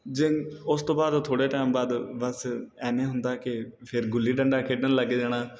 ਜ ਉਸ ਤੋਂ ਬਾਅਦ ਥੋੜ੍ਹੇ ਟੈਮ ਬਾਅਦ ਬਸ ਐਂਵੇ ਹੁੰਦਾ ਕਿ ਫਿਰ ਗੁੱਲੀ ਡੰਡਾ ਖੇਡਣ ਲੱਗ ਜਾਣਾ